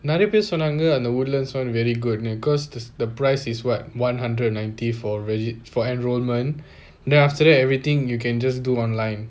நிறைய பேரு சொன்னாங்க அந்த:neraiya paeru sonnanga antha woodlands one very good cause the price is what one hundred and ninety for for enrolment then after that everything you can just do online